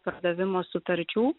pardavimo sutarčių